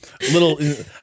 little